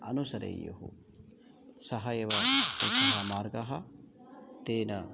अनुसरेयुः सः एव मार्गः तेन